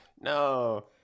No